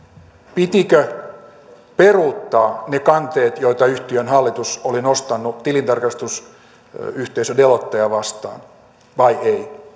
pitikö peruuttaa ne kanteet joita yhtiön hallitus oli nostanut tilintarkastusyhteisö deloittea vastaan vai ei